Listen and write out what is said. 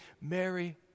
Mary